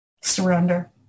Surrender